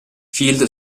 field